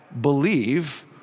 believe